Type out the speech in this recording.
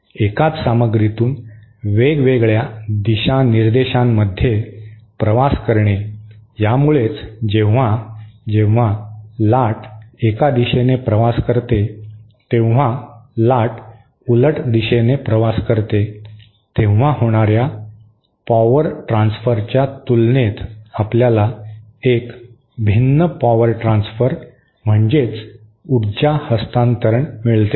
एकाच सामग्रीतून वेगवेगळ्या दिशानिर्देशांमध्ये प्रवास करणे यामुळेच जेव्हा जेव्हा लाट एका दिशेने प्रवास करते तेव्हा लाट उलट दिशेने प्रवास करते तेव्हा होणाऱ्या पॉवर ट्रान्सफरच्या तुलनेत आपल्याला एक भिन्न पॉवर ट्रान्सफर म्हणजे ऊर्जा हस्तांतरण मिळते